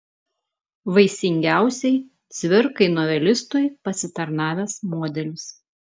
vaisingiausiai cvirkai novelistui pasitarnavęs modelis